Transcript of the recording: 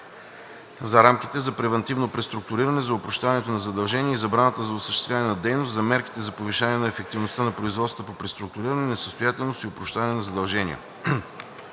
за рамките за превантивно преструктуриране, за опрощаването на задължения и забраната за осъществяване на дейност, за мерките за повишаване на ефективността на производствата по преструктуриране, несъстоятелност и опрощаване на задължения.